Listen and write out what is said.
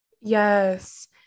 Yes